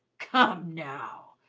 come, now!